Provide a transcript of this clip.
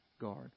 guard